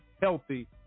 healthy